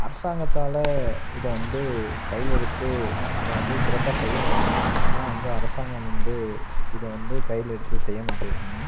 அரசாங்கத்தால் இதை வந்து கையில எடுத்து இதை வந்து சிறப்பாக செய்ய முடியும் ஆனால் வந்து அரசாங்கம் வந்து இதை வந்து கையில எடுத்து செய்ய மாட்டேங்கிறாங்க